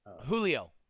Julio